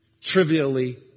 trivially